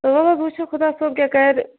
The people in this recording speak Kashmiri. وَل حظ وٕچھو خۄدا صٲب کیٛاہ کَرِ